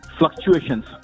fluctuations